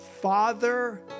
Father